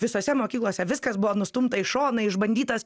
visose mokyklose viskas buvo nustumta į šoną išbandytas